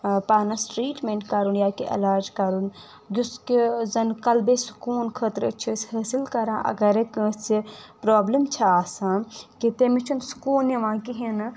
پانس ٹریٖٹمٮ۪نٛٹ کَرُن یا کہِ علاج کَرُن یُس کہِ زن قلبِ سکوٗن خٲطرٕ چھِ أسۍ حٲصِل کران اگر ہے کٲنٛسہِ پرٛابلم چھِ آسان کہِ تٔمِس چھُنہٕ سکوٗن یوان کِہیٖنٛۍ نہٕ